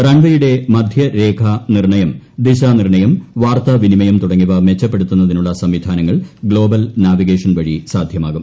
റൺവേയുടെ മധ്യരേഖാനിർണയം ദിശാനിർണയം വാർത്താവിനിമയം തുടങ്ങിയവ മെച്ചപ്പെടുത്തുന്നതിനുള്ള സംവിധാനങ്ങൾ ഗ്ലോബൽ നാവിഗേഷൻ വഴി സാധ്യമാകും